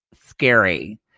scary